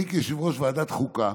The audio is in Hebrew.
אני כיושב-ראש ועדת חוקה